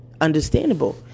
understandable